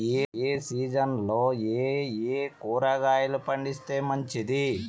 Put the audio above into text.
ఏ సీజన్లలో ఏయే కూరగాయలు పండిస్తే మంచిది